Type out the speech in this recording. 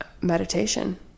meditation